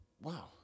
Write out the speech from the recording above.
wow